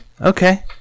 Okay